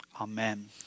Amen